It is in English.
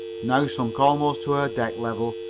now sunk almost to her deck level,